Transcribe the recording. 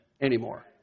anymore